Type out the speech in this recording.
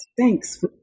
thanks